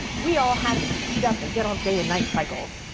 we all had to speed up and get on day and night cycles.